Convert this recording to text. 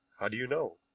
how do you know?